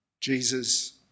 Jesus